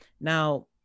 Now